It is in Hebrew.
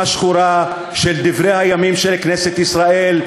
שחורה של דברי הימים של כנסת ישראל.